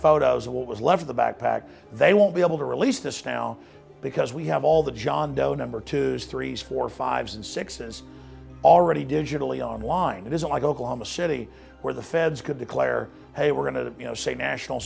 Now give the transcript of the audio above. photos of what was left of the backpack they won't be able to release this now because we have all the john doe number two threes for fives and sixes already digitally online it isn't like oklahoma city where the feds could declare hey we're going to you know say national